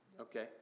okay